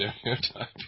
stereotype